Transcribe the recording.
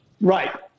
Right